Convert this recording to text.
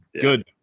Good